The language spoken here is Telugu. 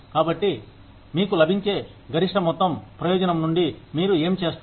కాబట్టి మీకు లభించే గరిష్ట మొత్తం ప్రయోజనం నుండి మీరు ఏమి చేస్తారు